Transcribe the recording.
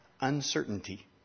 Uncertainty